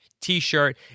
t-shirt